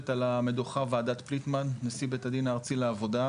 על המדוכה וועדת פליטמן נשאי בית הדין הארצי לעבודה,